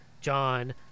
john